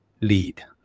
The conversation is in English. lead